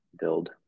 build